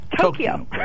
Tokyo